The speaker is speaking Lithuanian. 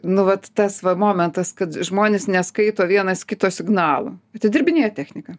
nu vat tas momentas kad žmonės neskaito vienas kito signalo atidirbinėja techniką